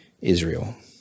Israel